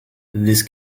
this